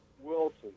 Wilson